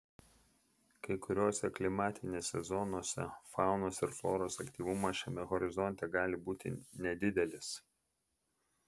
kai kuriose klimatinėse zonose faunos ir floros aktyvumas šiame horizonte gali būti nedidelis